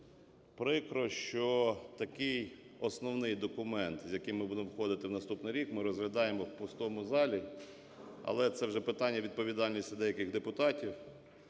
Прикро, що такий основний документ, з яким ми будемо входити в наступний рік, ми розглядаємо в пустому залі, але це вже питання відповідальності деяких депутатів.